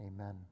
Amen